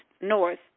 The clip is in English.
north